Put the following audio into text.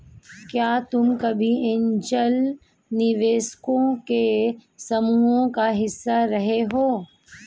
क्या तुम कभी ऐन्जल निवेशकों के समूह का हिस्सा रहे हो?